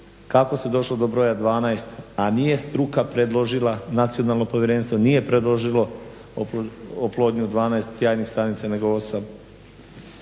kako se došlo do broja 12 a nije struka predložila, nacionalno povjerenstvo nije predložilo oplodnju 12 jajnih stanica nego 8?